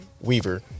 weaver